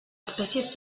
espècies